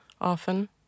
often